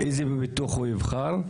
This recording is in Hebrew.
איזה ביטוח הוא יבחר.